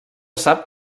sap